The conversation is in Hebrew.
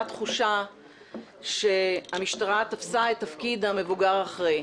תחושה שהמשטרה תפסה את תפקיד המבוגר האחראי,